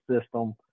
system